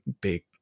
big